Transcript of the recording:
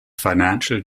financial